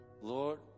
Lord